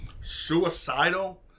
suicidal